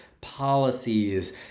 policies